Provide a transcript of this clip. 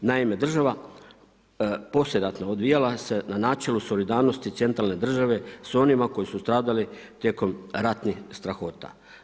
Naime, država poslijeratno odvijala se na načelu solidarnosti centralne države s onima koji su stradali tijekom ratnih strahota.